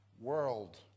world